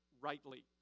rightly